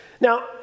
Now